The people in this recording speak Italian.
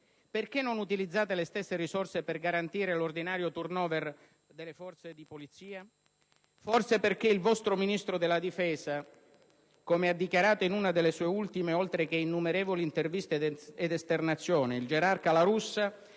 Perché non utilizzate le stesse risorse per garantire l'ordinario *turnover* delle forze di polizia? Forse perché il vostro ministro della difesa, come ha dichiarato in una delle sue ultime oltre che innumerevoli interviste ed esternazioni, il gerarca La Russa,